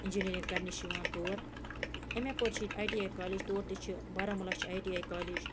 engineering کرنہِ چھِ یِوان تور اَمہِ اَپور چھِ ییٚتہِ آی ٹی آی کالیج تور تہِ چھِ بارہمولہ چھِ آی ٹی آی کالیج